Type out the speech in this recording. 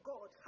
God